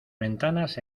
ventanas